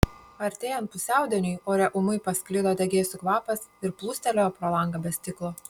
artėjant pusiaudieniui ore ūmai pasklido degėsių kvapas ir plūstelėjo pro langą be stiklo